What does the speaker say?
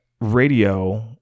radio